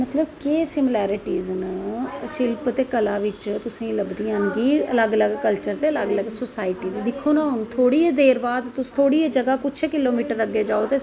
मतलव केह् सिमलैरटीज न शिल्प ते कला बिच्च तुसेंगी लब्भदियां न अलग अलग कल्चर ते सोसाइटी च ना हून थोह्ड़ी देर बाद ते थोहड़ा दा जगह् कुछ किलोमीटर अग्गै जाओ ते